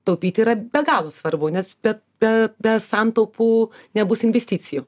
taupyt yra be galo svarbu nes bet be be santaupų nebus investicijų